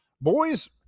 Boys